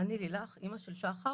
אני לילך, אמא של שחר.